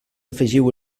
afegiu